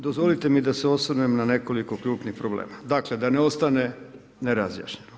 Dozvolite mi da se osvrnem na nekoliko krupnih problema, dakle da ne ostane nerazjašnjeno.